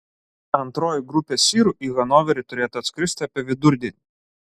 antroji grupė sirų į hanoverį turėtų atskristi apie vidurdienį